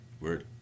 word